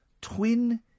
twin